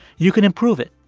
you can improve it,